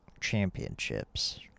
championships